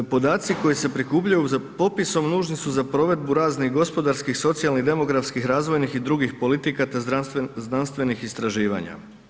Popisom, podaci koji se prikupljaju popisom nužni su za provedbu raznih gospodarskih, socijalnih, demografskih, razvojnih i drugih politika te znanstvenih istraživanja.